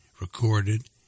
recorded